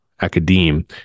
academe